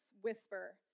whisper